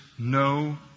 No